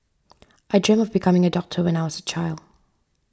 I dreamt of becoming a doctor when I was a child